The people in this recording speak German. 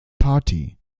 party